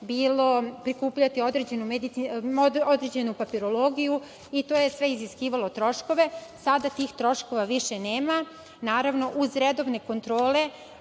bilo prikupljati određenu papirologiju, i to je sve iziskivalo troškove. Sada tih troškova više nema. Naravno, uz redovne kontrole,